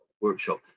workshop